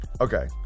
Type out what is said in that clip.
Okay